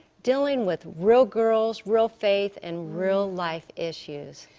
dealing with real girls, real faith and real life issues.